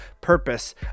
purpose